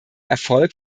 erfolg